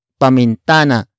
pamintana